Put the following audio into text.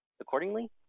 accordingly